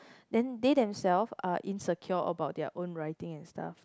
then they themselves are insecure about their own writing and stuff